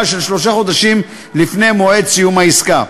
של שלושה חודשים לפני מועד סיום העסקה.